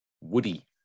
Woody